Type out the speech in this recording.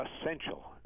essential